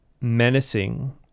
menacing